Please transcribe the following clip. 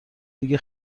دیگه